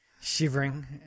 shivering